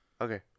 Okay